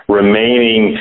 remaining